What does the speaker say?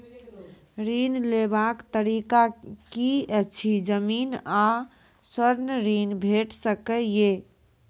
ऋण लेवाक तरीका की ऐछि? जमीन आ स्वर्ण ऋण भेट सकै ये?